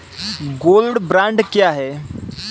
Gold bond क्या है?